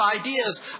ideas